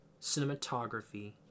cinematography